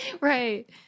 Right